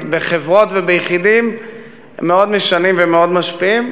בחברות וביחידים מאוד משנים ומאוד משפיעים,